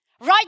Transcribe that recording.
Right